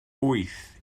wyth